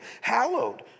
hallowed